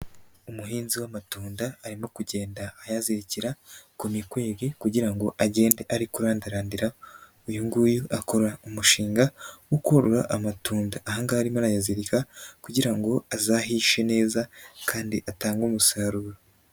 Umuhinzi w'amatunda arimo kugenda ayazirikira ku mikwege kugira ngo agende ari kurandarandira, uyu nguyu akora umushinga wo korora amatunda, ahangaha arimo arayazirika kugirango ngo azahishe neza kandi atange umusaruro.